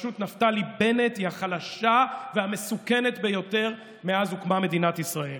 בראשות נפתלי בנט היא החלשה והמסוכנת ביותר מאז הוקמה מדינת ישראל.